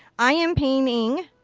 i am painting